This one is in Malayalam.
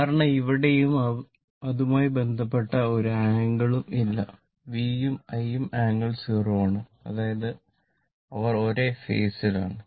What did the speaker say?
കാരണം ഇവിടെയും അതുമായി ബന്ധപ്പെട്ട ഒരു ആംഗിൾ ഉം ഇല്ല V യും I ഉം ആംഗിൾ 0o ആണ് അതായത് അവർ ഒരേ ഫേസ് ൽ ആണ്